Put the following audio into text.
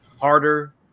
harder